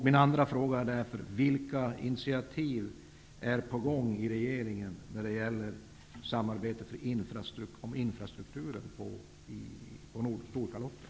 Min nästa fråga är därför vilka initiativ som är på gång i regeringen när det gäller samarbete om infrastrukturen på Storkalotten.